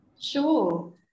Sure